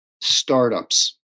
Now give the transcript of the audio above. Startups